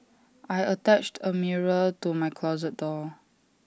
I attached A mirror to my closet door